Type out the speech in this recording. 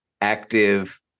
active